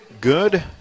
good